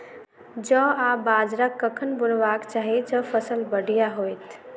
जौ आ बाजरा कखन बुनबाक चाहि जँ फसल बढ़िया होइत?